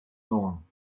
norm